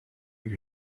your